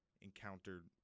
encountered